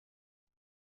کنم